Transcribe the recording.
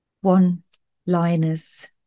one-liners